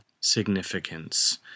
significance